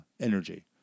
energy